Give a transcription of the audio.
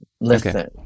listen